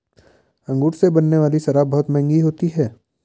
अंगूर से बनने वाली शराब बहुत मँहगी होती है